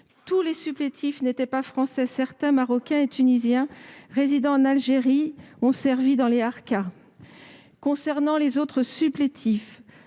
tous les supplétifs n'étaient pas français : certains Marocains et Tunisiens résidant en Algérie ont servi dans les harkas. Concernant les autres supplétifs,